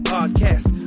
Podcast